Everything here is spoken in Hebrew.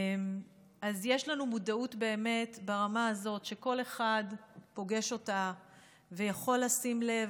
אז יש לנו מודעות באמת ברמה הזאת שכל אחד פוגש אותה ויכול לשים לב.